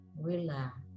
Relax